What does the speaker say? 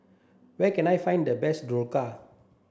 where can I find the best Dhokla